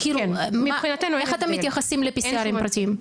כאילו איך אתם מתייחסים ל-PCR-ים פרטיים?